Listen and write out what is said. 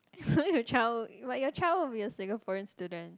your child but your child will be a Singaporean student